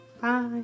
bye